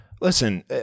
Listen